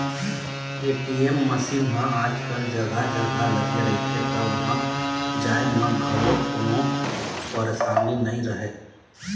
ATM machine ह आजकल जघा जघा लगे रहिथे त उहाँ जाए म घलोक कोनो परसानी नइ रहय